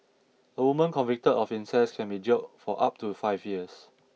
a woman convicted of incest can be jailed for up to five years